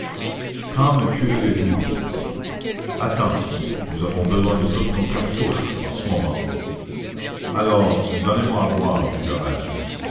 quand me tuerez vous attends nous avons besoin de toutes nos cartouches en ce moment alors donnez-moi à boire dit javert